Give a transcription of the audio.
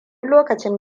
lokacin